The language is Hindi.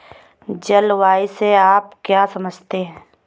जलवायु से आप क्या समझते हैं?